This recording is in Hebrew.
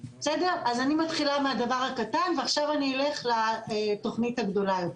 אני מתחילה מהדבר הקטן ועכשיו אלך לתוכנית הגדולה יותר.